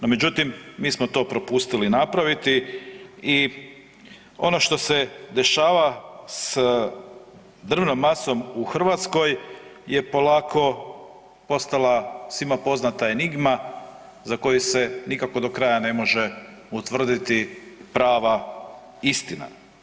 No međutim, mi smo to propustili napraviti i ono što se dešava s drvnom masom u Hrvatskoj je polako postala svima poznata enigma za koju se nikako do kraja ne može utvrditi prava istina.